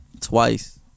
Twice